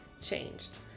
changed